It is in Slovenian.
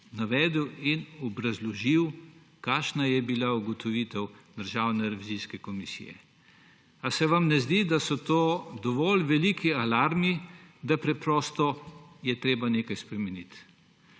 navedel in obrazložil, kakšna je bila ugotovitev Državne revizijske komisije. Ali se vam ne zdi, da so to dovolj veliki alarmi, da je preprosto treba nekaj spremeniti?